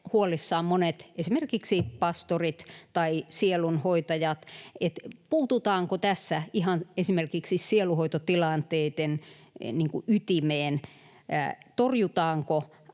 huolissaan esimerkiksi monet pastorit tai sielunhoitajat: puututaanko tässä esimerkiksi ihan sielunhoitotilanteiden ytimeen, torjutaanko